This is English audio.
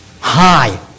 hi